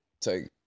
take